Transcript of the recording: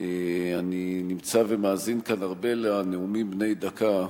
אני נמצא ומאזין כאן הרבה לנאומים בני דקה,